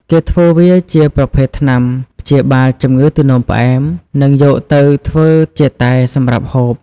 គេធ្វើវាជាប្រភេទថ្នាំព្យាបាលជំងឺទឹកនោមផ្អែម និងយកទៅធ្វើជាតែសម្រាប់ហូប។